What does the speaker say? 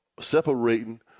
separating